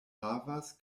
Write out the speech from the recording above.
havas